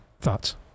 Thoughts